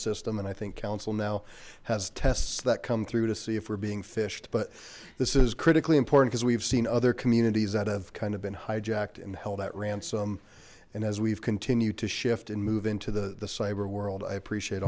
system and i think counsel now has tests that come through to see if we're being phished but this is critically important because we've seen other communities that have kind of been hijacked and held at ransom and as we've continued to shift and move into the the cyber world i appreciate